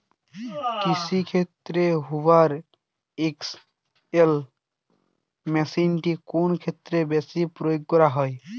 কৃষিক্ষেত্রে Hoover XL মেশিনটি কোন ক্ষেত্রে বেশি প্রয়োগ করা হয়?